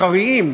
המסחריים,